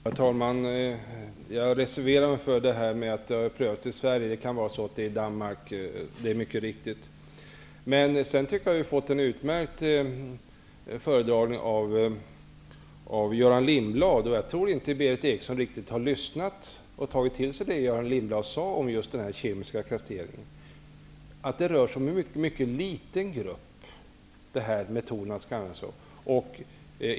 Herr talman! Jag reserverar mig för att det har prövats i Sverige. Det kan vara så att det är fråga om Danmark. Det är riktigt. Jag tycker att vi har fått en utmärkt föredragning av Göran Lindblad. Jag tror inte att Berith Eriksson riktigt har lyssnat och tagit till sig det Göran Lindblad sade om den kemiska kastreringen. Det rör sig om en mycket liten grupp där den här metoden kan användas.